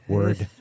Word